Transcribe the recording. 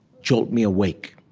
jolt me awake.